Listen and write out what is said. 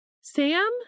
Sam